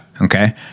Okay